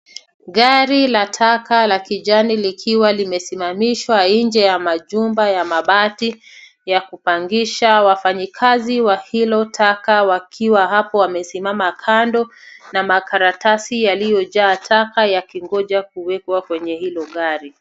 Gari la taka la kijani likiwa limesimamishwa nje ya majumba ya mabati ya kupangisha. Wafanyikazi wa hilo taka wakiwa hapo wamesimama kando na makaratasi yaliyojaa taka yakingoja kuwekwa kwenye hilo gari.